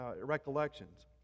recollections